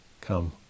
come